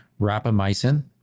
rapamycin